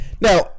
Now